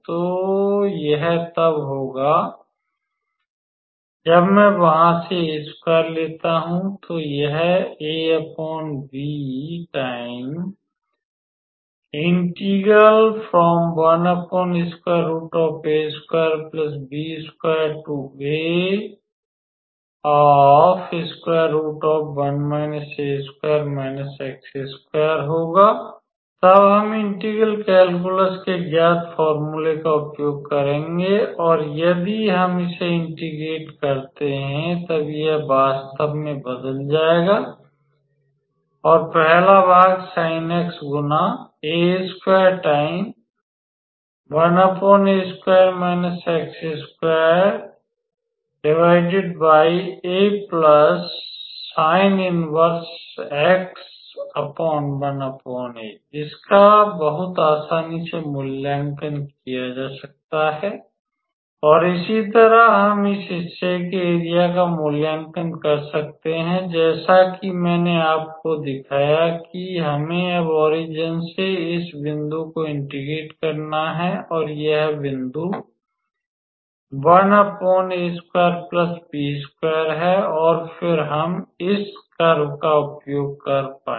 तो यह तब होगा जब मैं वहां से लेता हूं तो यह होगा तब हम इंटेग्रल कैल्कुलस के ज्ञात फ़ौरमुला का उपयोग करेंगे और यदि हम इसे इंटेग्रेट करते हैं तब यह वास्तव में बदल जाएगा और पहला भाग sinx गुना इसका बहुत आसानी से मूल्यांकन किया जा सकता है और इसी तरह हम इस हिस्से के एरिया का मूल्यांकन कर सकते हैं जैसा कि मैंने आपको दिखाया कि हमें अब ओरिजन से इस बिंदु को इंटेग्रेट करना है और यह बिंदु 1 है और फिर हम इस कर्व का उपयोग करेंगे